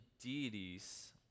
deities